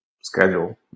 schedule